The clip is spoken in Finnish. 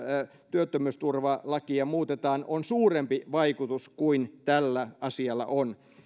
työttömyysturvalakia muutetaan on suurempi vaikutus kuin tällä asialla on